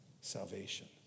salvation